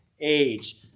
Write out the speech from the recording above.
age